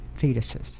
fetuses